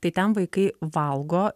tai ten vaikai valgo